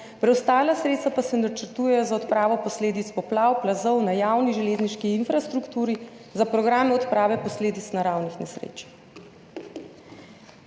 preostala sredstva pa se načrtujejo za odpravo posledic poplav, plazov na javni železniški infrastrukturi, za programe odprave posledic naravnih nesreč.